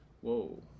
Whoa